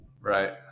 Right